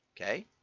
Okay